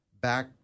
back